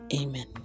Amen